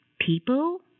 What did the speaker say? people